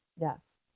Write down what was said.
Yes